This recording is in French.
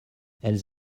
elles